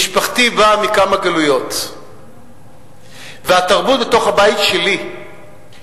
משפחתי באה מכמה גלויות והתרבות בתוך הבית שלי שונה,